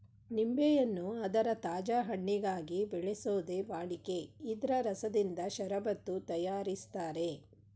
ನಿಂಬೆಯನ್ನು ಅದರ ತಾಜಾ ಹಣ್ಣಿಗಾಗಿ ಬೆಳೆಸೋದೇ ವಾಡಿಕೆ ಇದ್ರ ರಸದಿಂದ ಷರಬತ್ತು ತಯಾರಿಸ್ತಾರೆ